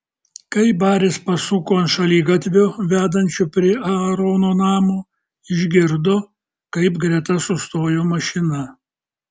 kai baris pasuko ant šaligatvio vedančio prie aarono namo išgirdo kaip greta sustojo mašina